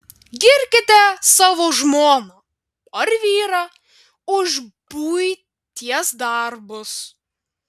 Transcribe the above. girkite savo žmoną ar vyrą už buities darbus